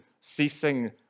ceasing